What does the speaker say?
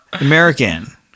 American